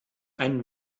einen